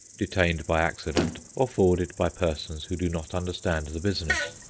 detained by accident, or forwarded by persons who do not understand the business.